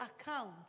account